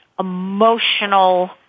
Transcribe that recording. emotional